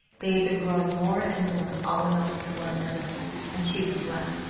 they had been growing more and more all in all to one another and she was glad.